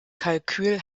kalkül